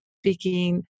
speaking